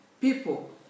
people